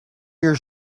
your